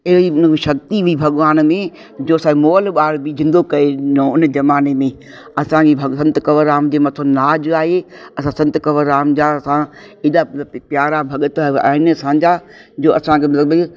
अहिड़ी शक्ति हुई भॻवान में जो स मुअल ॿार बि जिन्दो करे ॾिनो हुन ज़माने में असांजे भॻवंत कंवर राम मथां नाज़ु आहे असां संत कंवर राम जा असां हेॾा पि प्यारा भॻत आहिनि असांजा जो असांखे ॿियो बि